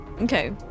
Okay